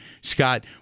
Scott